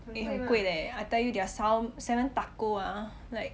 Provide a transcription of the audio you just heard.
eh 很贵诶 I tell you their som~ seven tako ah like